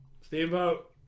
Steamboat